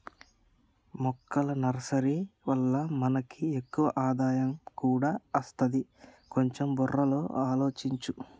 మొక్కల నర్సరీ వల్ల మనకి ఎక్కువ ఆదాయం కూడా అస్తది, కొంచెం బుర్రలో ఆలోచించు